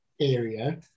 area